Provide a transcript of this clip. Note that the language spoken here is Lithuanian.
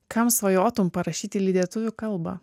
kam svajotum parašyti lydėtuvių kalbą